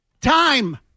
Time